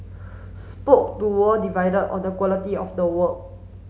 spoke to were divided on the quality of the work